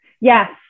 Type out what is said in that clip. Yes